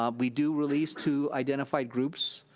um we do release to identified groups,